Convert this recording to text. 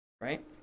right